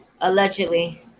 Allegedly